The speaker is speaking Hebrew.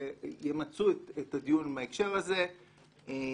וימצו את הדיון עם ההקשר הזה,